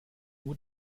nur